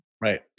Right